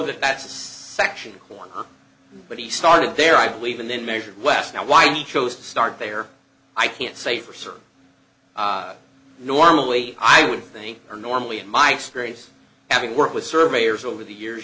that that's section one but he started there i believe and then measured west now why he chose to start there i can't say for certain normally i would think or normally in my experience having worked with surveyors over the years